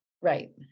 Right